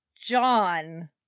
John